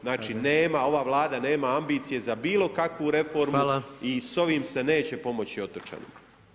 Znači nema, ova Vlada nema ambicije za bilo kakvu reformu i s ovime se neće pomoći otočanima.